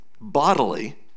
bodily